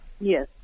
Yes